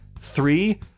three